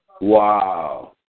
Wow